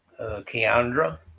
Keandra